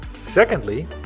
Secondly